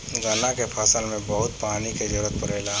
गन्ना के फसल में बहुत पानी के जरूरत पड़ेला